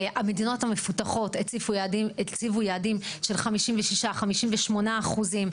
המדינות המפותחות הציבו יעדים של 56 עד 58 אחוזים.